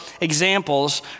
examples